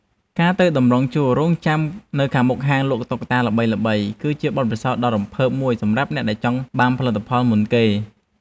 ការទៅតម្រង់ជួររង់ចាំនៅខាងមុខហាងលក់តុក្កតាល្បីៗ គឺជាបទពិសោធន៍ដ៏រំភើបមួយសម្រាប់អ្នកដែលចង់បានផលិតផលមុនគេ។